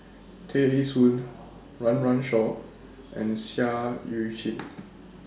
Tear Ee Soon Run Run Shaw and Seah EU Chin